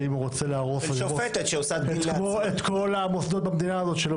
ואם הוא רוצה להרוס את כל המוסדות במדינה הזאת,